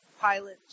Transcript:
pilot